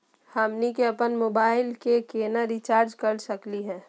हमनी के अपन मोबाइल के केना रिचार्ज कर सकली हे?